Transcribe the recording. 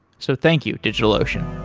so thank you, digitalocean